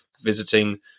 visiting